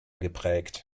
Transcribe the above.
geprägt